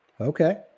Okay